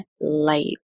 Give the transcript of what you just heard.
light